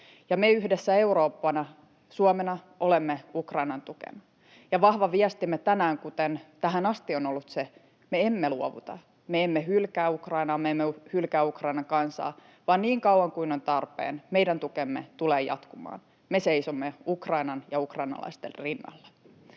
Me yhdessä Eurooppana, Suomena, olemme Ukrainan tukena, ja vahva viestimme tänään, kuten tähän asti, on ollut se, että me emme luovuta. Me emme hylkää Ukrainaa, me emme hylkää Ukrainan kansaa, vaan niin kauan kuin on tarpeen, meidän tukemme tulee jatkumaan. Me seisomme Ukrainan ja ukrainalaisten rinnalla.